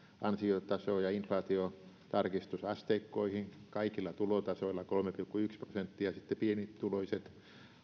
ansiotasoon ja inflaatiotarkistusasteikkoihin kaikilla tulotasoilla kolmen pilkku yhden prosentin muutos pienituloiset